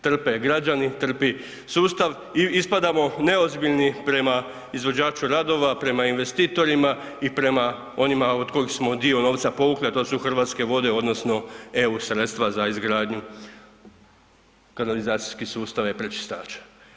Trpe građani, trpi sustav, ispadamo neozbiljni prema izvođaču radova, prema investitorima i prema onima od kojih smo dio povukli a to su Hrvatske vode odnosno eu sredstva za izgradnju kanalizacijskih sustava i pročistača.